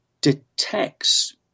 detects